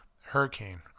Hurricane